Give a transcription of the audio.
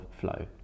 flow